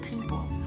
people